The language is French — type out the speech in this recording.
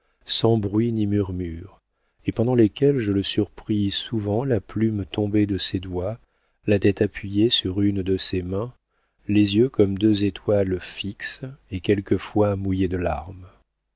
sans bruit ni murmure et pendant lesquelles je le surpris souvent la plume tombée de ses doigts la tête appuyée sur une de ses mains les yeux comme deux étoiles fixes et quelquefois mouillés de larmes